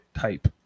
type